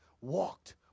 walked